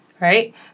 Right